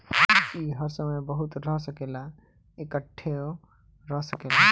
ई हर समय बहत रह सकेला, इकट्ठो रह सकेला